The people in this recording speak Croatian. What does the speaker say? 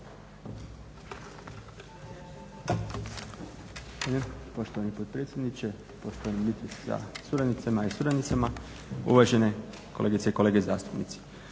Poštovani potpredsjedniče, poštovani ministre sa suradnicama i suradnicima, uvažene kolegice i kolege zastupnici.